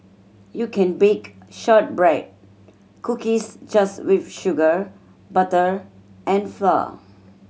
you can bake shortbread cookies just with sugar butter and flour